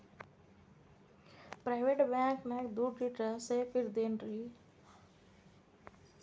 Private bank ನ್ಯಾಗ್ ದುಡ್ಡ ಇಟ್ರ ಸೇಫ್ ಇರ್ತದೇನ್ರಿ?